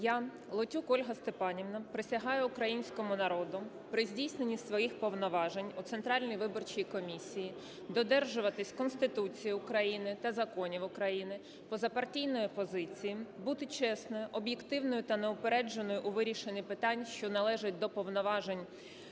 Леонтій Миколайович, присягаю українському народу при здійсненні своїх повноважень у Центральній виборчій комісії додержуватися Конституції та законів України, позапартійної позиції, бути чесним, об'єктивним та неупередженим у вирішенні питань, що належать до повноважень комісії,